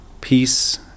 peace